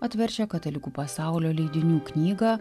atverčia katalikų pasaulio leidinių knygą